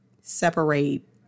separate